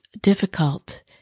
difficult